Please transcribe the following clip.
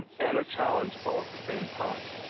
and a challenge all at the same time.